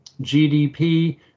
GDP